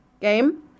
game